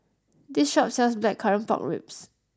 this shop sells Blackcurrant Pork Ribs